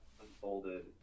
unfolded